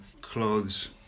clothes